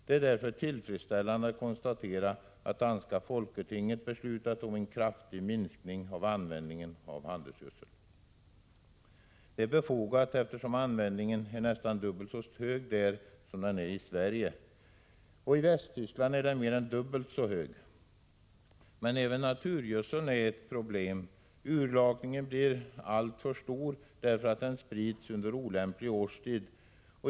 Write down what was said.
Det är därför tillfredsställande att konstatera att det danska folketinget har beslutat om en kraftig minskning av användningen av handelsgödsel. Det är befogat, eftersom användningen där är nästan dubbelt så stor som i Sverige och i Västtyskland mer än dubbelt så hög. Även naturgödseln är emellertid ett problem. Urlakningen blir alltför stor därför att gödseln sprids under olämplig årstid.